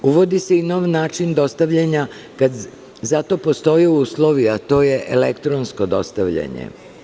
Uvodi se i nov način dostavljanja kada za to postoje uslovi, a to je elektronsko dostavljanje.